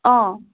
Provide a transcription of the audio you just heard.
অঁ